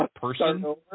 person